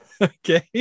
Okay